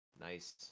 Nice